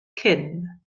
cyn